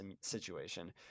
situation